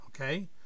Okay